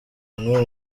amwe